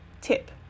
Tip